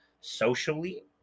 Socially